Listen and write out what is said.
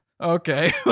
okay